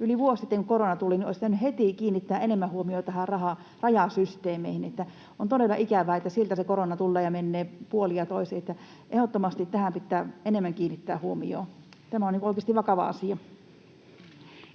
yli vuosi sitten, kun korona tuli, heti kiinnittää enemmän huomiota näihin rajasysteemeihin. On todella ikävää, että siellä se korona tulee ja menee puolin ja toisin. Ehdottomasti tähän pitää enemmän kiinnittää huomiota. Tämä on oikeasti vakava asia.